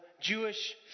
Jewish